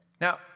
Now